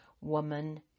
Woman